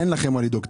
אין לכם מה לדאוג,